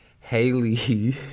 Haley